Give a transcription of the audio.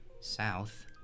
south